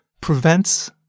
prevents